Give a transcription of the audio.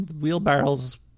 wheelbarrows